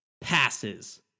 passes